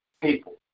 people